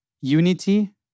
unity